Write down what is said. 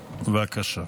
בבקשה.